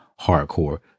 hardcore